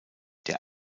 der